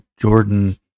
Jordan